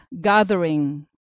gathering